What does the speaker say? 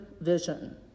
vision